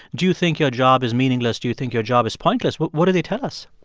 do you think your job is meaningless? do you think your job is pointless? what what do they tell us?